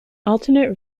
alternate